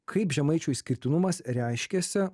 kaip žemaičių išskirtinumas reiškiasi